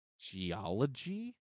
geology